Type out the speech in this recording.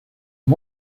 and